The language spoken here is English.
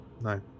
no